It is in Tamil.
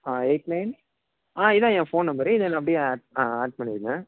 ஆ எயிட் நைன் ஆ இதான் ஏன் போன் நம்பரு இதை என்னைய அப்படியே ஆட் ஆட் பண்ணிடுங்க